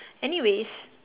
anyways